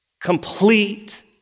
complete